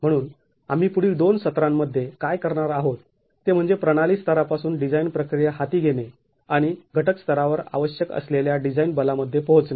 म्हणून आम्ही पुढील दोन सत्रांमध्ये काय करणार आहोत ते म्हणजे प्रणाली स्तरापासून डिझाईन प्रक्रिया हाती घेणे आणि घटक स्तरावर आवश्यक असलेल्या डिझाईन बलामध्ये पोहोचणे